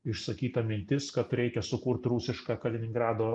išsakyta mintis kad reikia sukurt rusišką kaliningrado